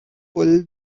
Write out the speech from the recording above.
pull